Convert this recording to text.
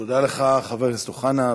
תודה לך, חבר הכנסת אוחנה.